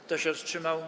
Kto się wstrzymał?